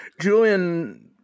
Julian